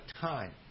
time